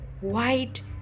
white